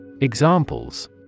Examples